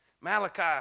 Malachi